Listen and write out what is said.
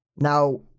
now